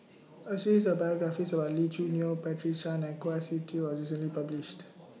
A series of biographies about Lee Choo Neo Patricia Chan and Kwa Siew Tee was recently published